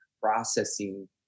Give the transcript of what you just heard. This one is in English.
processing